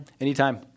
Anytime